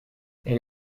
elle